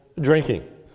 drinking